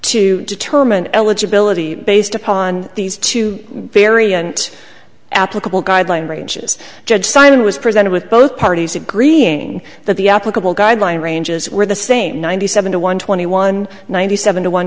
to determine eligibility based upon these two variant applicable guideline ranges judge simon was presented with both parties agreeing that the applicable guideline ranges were the same ninety seven to one twenty one ninety seven to one